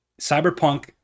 Cyberpunk